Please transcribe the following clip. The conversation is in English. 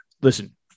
Listen